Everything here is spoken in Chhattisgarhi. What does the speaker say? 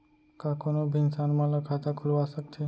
का कोनो भी इंसान मन ला खाता खुलवा सकथे?